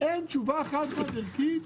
אין תשובה חד-חד ערכית